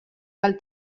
del